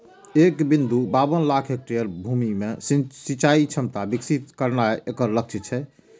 एक बिंदु बाबन लाख हेक्टेयर भूमि मे सिंचाइ क्षमता विकसित करनाय एकर लक्ष्य छै